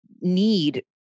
need